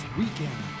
weekend